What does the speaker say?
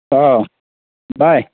ꯕꯥꯏ